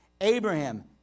Abraham